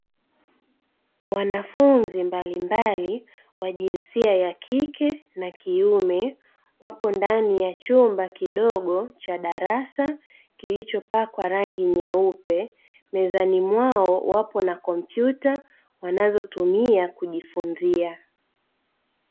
Wanafunzi mbalimbali wa jinsia ya kike na kiume wapo ndani ya chumba kidogo cha darasa kilichopakwa rangi nyeupe. Mezani mwao wapo na kompyuta wanazotumia kujifunzia.